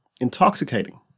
intoxicating